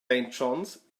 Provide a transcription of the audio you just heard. john’s